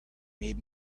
made